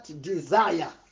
desire